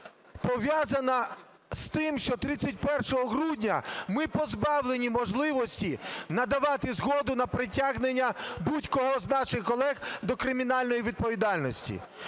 пов'язана з тим, що 31 грудня ми позбавлені можливості надавати згоду на притягнення будь-кого з наших колег до кримінальної відповідальності.